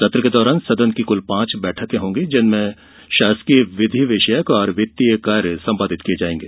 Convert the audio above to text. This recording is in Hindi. सत्र के दौरान सदन की कल पांच बैठके होंगी जिसमें शासकीय विधि विषयक और वित्तीय कार्य संपादित किए जाएंगे